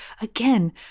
again